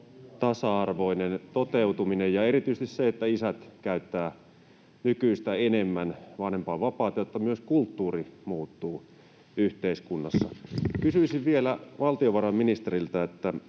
tasa-arvoinen toteutuminen ja erityisesti se, että isät käyttävät nykyistä enemmän vanhempainvapaata, jotta myös kulttuuri muuttuu yhteiskunnassa. Kysyisin vielä valtiovarainministeriltä: